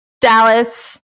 Dallas